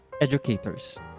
educators